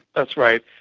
that's right.